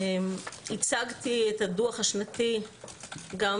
הצגתי את הדוח השנתי גם